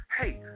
hey